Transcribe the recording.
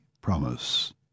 Promise